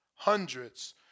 Hundreds